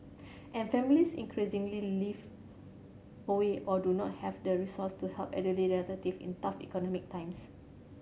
and families increasingly live away or do not have the resource to help elderly relative in tough economic times